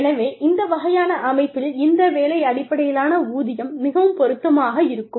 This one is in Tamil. எனவே இந்த வகையான அமைப்பில் இந்த வேலை அடிப்படையிலான ஊதியம் மிகவும் பொருத்தமாக இருக்கும்